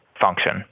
function